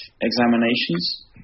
examinations